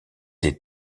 des